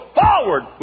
forward